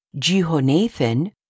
Jehonathan